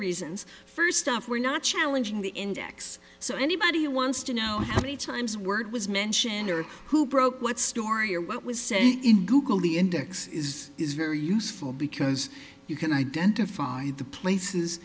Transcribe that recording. reasons first stuff we're not challenging the index so anybody who wants to know how many times word was mentioned or who broke what story or what was say in google the index is is very useful because you can identify the places